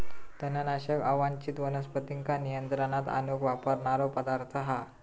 तणनाशक अवांच्छित वनस्पतींका नियंत्रणात आणूक वापरणारो पदार्थ हा